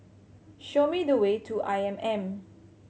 show me the way to I M M